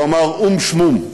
והוא אמר: או"ם שמום.